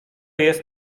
jest